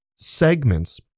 segments